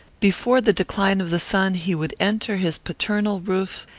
before the decline of the sun, he would enter his paternal roof,